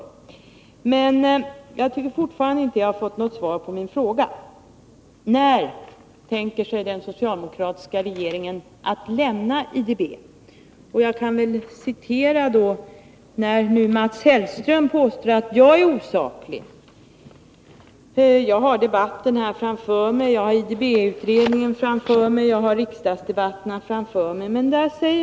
Men jag tycker fortfarande inte att jag har fått svar på min fråga: När tänker sig den socialdemokratiska regeringen att vi skall lämna IDB? Mats Hellström påstår att jag är osaklig. Jag har IDB-utredningen framför mig, jag har riksdagsdebatten framför mig.